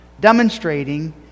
demonstrating